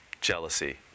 jealousy